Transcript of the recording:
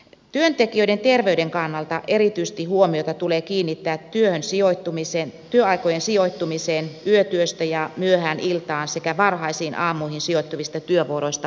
työntekijöiden terveyden kannalta huomiota tulee kiinnittää erityisesti työaikojen sijoittumiseen yötyöhön ja myöhään iltaan sekä varhaisiin aamuihin sijoittuvista työvuoroista palautumiseen